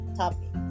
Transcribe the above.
topic